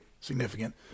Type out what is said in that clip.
significant